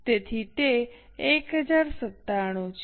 તેથી તે 1097 છે